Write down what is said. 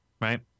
Right